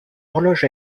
horloge